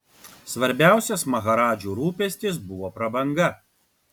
svarbiausias maharadžų rūpestis buvo prabanga